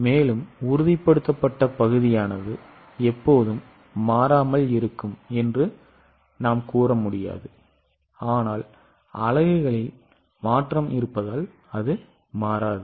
மேலும் உறுதிப்படுத்தப்பட்ட பகுதியானது எப்போதும் மாறாமல் இருக்கும் என்று நாம் கூற முடியாது ஆனால் அலகுகளில் மாற்றம் இருப்பதால் அது மாறாது